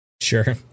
Sure